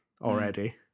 already